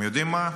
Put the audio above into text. יודעים מה?